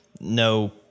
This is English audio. no